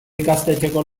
ikastetxeko